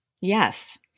Yes